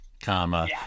Comma